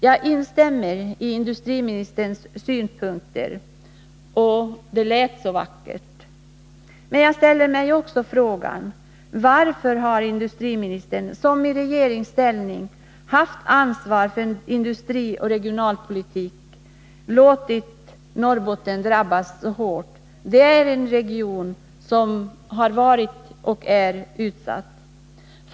Jag instämmer i industriministerns synpunkter — de lät så vackert — men jag ställer mig också frågan: Varför har industriministern, som i regeringsställning haft ansvar för industrioch regionalpolitik, låtit Norrbotten drabbas så hårt? Det är en region som har varit och är utsatt.